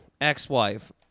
ex-wife